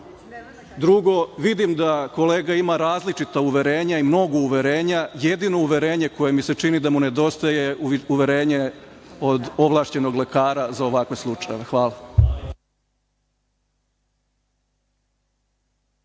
idu. Drugo, vidim da kolega ima različita uverenja i mnogo uverenja. Jedino uverenje koje mi se čini da mu nedostaje je uverenje od ovlašćenog lekara za ovakve slučajeve. Hvala.